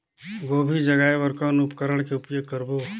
गोभी जगाय बर कौन उपकरण के उपयोग करबो?